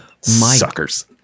suckers